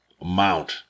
amount